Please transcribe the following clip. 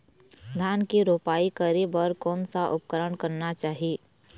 धान के रोपाई करे बर कोन सा उपकरण करना चाही?